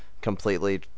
completely